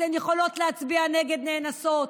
אתן יכולות להצביע נגד נאנסות,